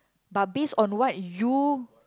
but based on what you